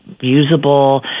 usable